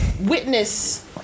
witness